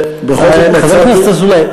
חבר הכנסת אזולאי,